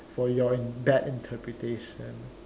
for your bad interpretation